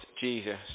Jesus